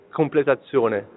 completazione